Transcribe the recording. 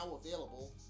available